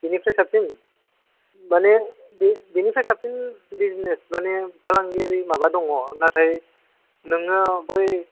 बिनिफ्राय साबसिन माने बिनिफ्राय साबसिन बिजनेस मानि फालांगियारि माबा दंङ नाथाय नोङो बै